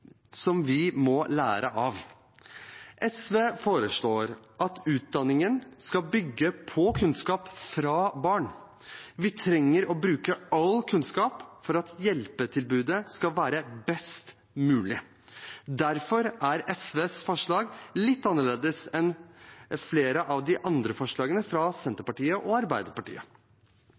må lære av. SV foreslår at utdanningen skal bygge på kunnskap fra barn. Vi trenger å bruke all kunnskap for at hjelpetilbudet skal være best mulig. Derfor er SVs forslag litt annerledes enn flere av forslagene fra Senterpartiet og Arbeiderpartiet.